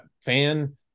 fan